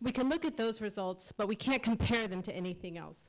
we can look at those results but we can't compare them to anything else